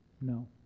No